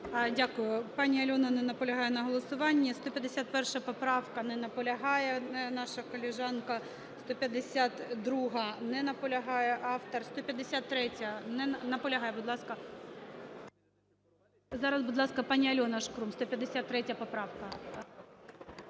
Дякую. Пані Альона, не наполягає на голосуванні. 151 поправка. Не наполягає наша колежанка. 152-а. Не наполягає автор. 153-я. Наполягає. Будь ласка. Зараз, будь ласка, пані Альона Шкрум, 153 поправка.